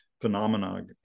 phenomena